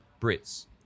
Brits